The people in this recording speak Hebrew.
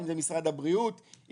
משרד הבריאות,